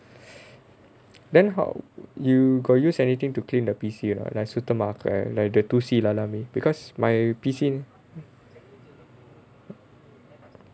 then how you got use anything to clean the P_C or not like சுத்தமாக்க:suthamaaka like the தூசிலாம் இல்லாம:thoosilaam illaama because my P_C